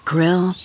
Grill